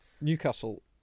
Newcastle